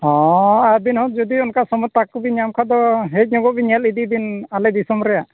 ᱦᱚᱸ ᱟᱵᱤᱱ ᱦᱚᱸ ᱡᱩᱫᱤ ᱚᱱᱠᱟ ᱥᱚᱢᱚᱛᱟ ᱠᱚᱵᱤᱱ ᱧᱟᱢ ᱠᱷᱟᱱ ᱫᱚ ᱦᱮᱡ ᱧᱚᱜᱚᱜ ᱵᱤᱱ ᱧᱮᱞ ᱤᱫᱤ ᱵᱮᱱ ᱟᱞᱮ ᱫᱤᱥᱚᱢ ᱨᱮ